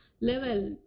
level